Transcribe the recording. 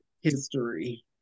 history